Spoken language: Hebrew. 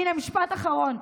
הינה, משפט אחרון.